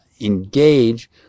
engage